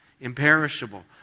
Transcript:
imperishable